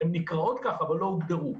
הן נקראות כך, אבל לא הוגדרו.